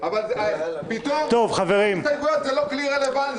אבל פתאום הסתייגויות הן לא כלי לגיטימי.